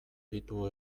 ditu